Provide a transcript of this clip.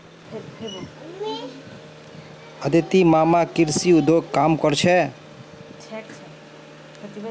अदितिर मामा कृषि उद्योगत काम कर छेक